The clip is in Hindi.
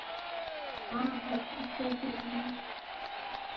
हाँ है